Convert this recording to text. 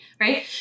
Right